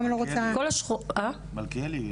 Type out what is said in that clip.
מלכיאלי?